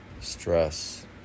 stress